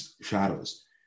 shadows